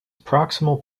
proximal